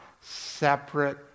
separate